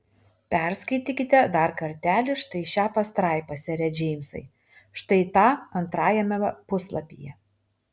perskaitykite dar kartelį štai šią pastraipą sere džeimsai štai tą antrajame puslapyje